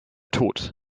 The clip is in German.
tod